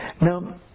Now